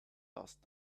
last